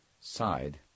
side